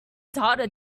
data